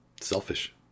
Selfish